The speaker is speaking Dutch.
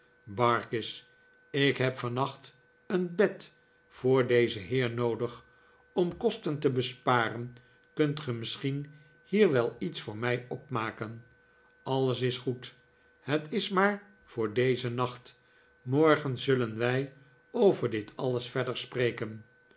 barkis ik heb vannacht een bed voor dezen heer noodig om kosten te besparen kunt ge misschien hier wel iets voor mij opmaken alles is goed het is maar voor dezen nacht morgen zullen wij over dit alles verder spreken